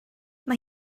mae